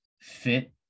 fit